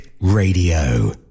radio